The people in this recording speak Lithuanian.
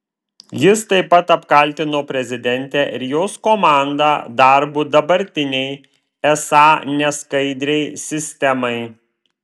jis taip pat apkaltino prezidentę ir jos komandą darbu dabartinei esą neskaidriai sistemai